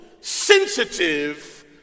sensitive